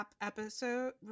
episode